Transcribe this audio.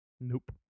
Nope